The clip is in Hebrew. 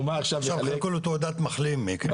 עכשיו חילקו לו תעודת מחלים מקורונה.